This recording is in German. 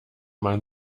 man